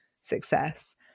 success